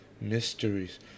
mysteries